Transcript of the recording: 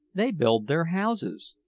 they build their houses.